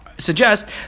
Suggest